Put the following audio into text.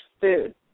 food